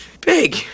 big